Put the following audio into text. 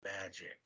magic